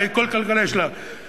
הרי כל כלכלה יש לה תשתיות.